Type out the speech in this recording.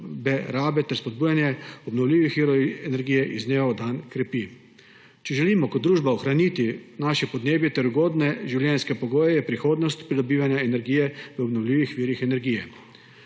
rabe ter spodbujanja obnovljivih virov energije iz dneva v dan krepi. Če želimo kot družba ohraniti svoje podnebje ter ugodne življenjske pogoje, je prihodnost pridobivanja energije v obnovljivih virih energije.